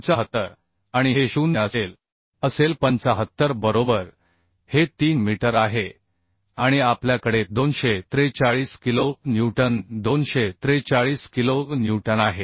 75 आणि हे 0 असेल असेल 75 बरोबर हे 3 मीटर आहे आणि आपल्याकडे 243 किलो न्यूटन 243 किलो न्यूटन आहे